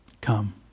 Come